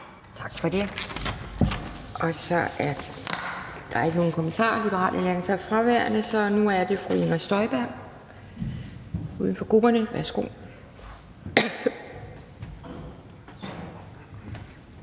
Tak for det. Der er ikke nogen kommentarer. Liberal Alliance er fraværende, så nu er det fru Inger Støjberg, uden for grupperne. Værsgo.